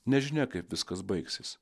nežinia kaip viskas baigsis